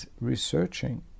researching